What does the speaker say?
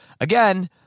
again